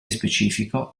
specifico